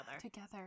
Together